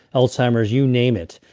alzheimer's, you name it,